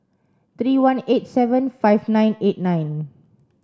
three one eight seven five nine eight nine